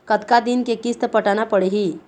कतका दिन के किस्त पटाना पड़ही?